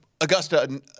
Augusta